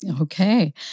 Okay